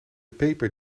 paper